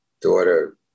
daughter